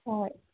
ꯍꯣꯏ